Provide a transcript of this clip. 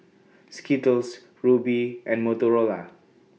Skittles Rubi and Motorola